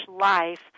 life